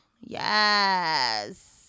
Yes